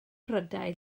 prydau